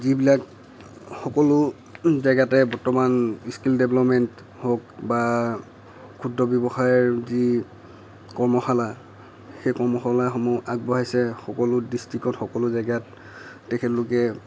যিবিলাক সকলো জেগাতে বৰ্তমান স্কিল ডেভলপমেণ্ট হওক বা ক্ষুদ্ৰ ব্যৱসায়ৰ যি কৰ্মশালা সেই কৰ্মশালাসমূহ আগবঢ়াইছে সকলো ডিষ্ট্ৰিক্টত সকলো জেগাত তেখেতলোকে